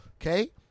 Okay